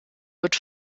wird